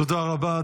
תודה רבה.